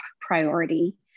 priority